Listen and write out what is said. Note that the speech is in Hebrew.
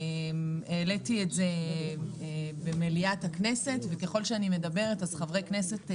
העליתי את זה במליאת הכנסת וככל שאני מדברת חברי כנסת נוספים,